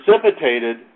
precipitated